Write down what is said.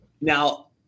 Now